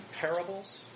parables